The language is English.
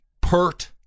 pert